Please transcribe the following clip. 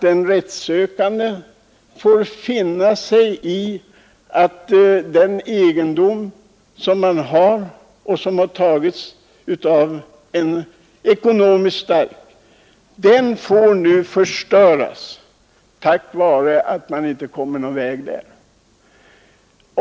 De rättssökande har fått finna sig i att den egendom som fråntagits dem av den ekonomiskt starkare nu förstörs på grund av att man inte kommer någon vart med ärendet.